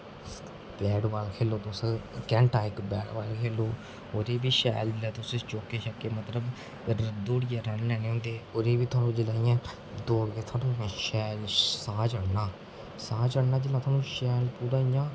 bat ball खेढो तुस घैंटा इक बैटबॉल खेढो ओह्दी बी शैल तुस चौके छक्के मतलब दौड़ियै रण लैने होंदे ओह्दी बी थुहानूं जिसलै इ'यां दौड़ने च शैल साह् चढ़ना साह् चढ़ना जिसलै थुहानूं पूरा इ'यां